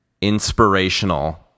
inspirational